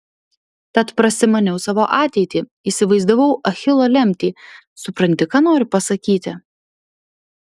tad prasimaniau savo ateitį įsivaizdavau achilo lemtį supranti ką noriu pasakyti